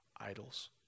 idols